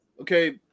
okay